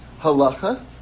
halacha